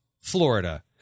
Florida